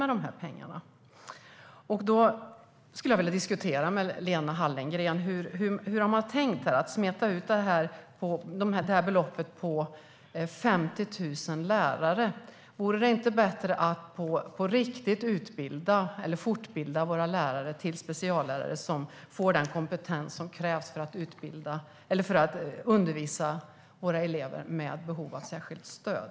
Jag skulle jag vilja diskutera detta med Lena Hallengren. Hur har man tänkt när man vill smeta ut det här beloppet på 50 000 lärare? Vore det inte bättre att på riktigt fortbilda våra lärare till speciallärare som får den kompetens som krävs för att undervisa våra elever med behov av särskilt stöd?